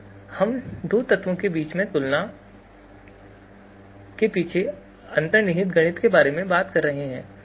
तो हम दो तत्वों के बीच तुलना के पीछे अंतर्निहित गणित के बारे में बात कर रहे हैं